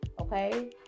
okay